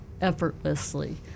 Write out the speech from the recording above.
effortlessly